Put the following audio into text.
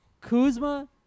Kuzma